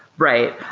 right.